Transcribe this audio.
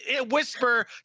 whisper